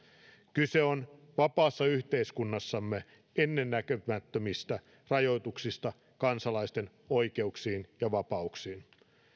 kyse on vapaassa yhteiskunnassamme ennennäkemättömistä rajoituksista kansalaisten oikeuksiin ja vapauksiin